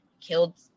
killed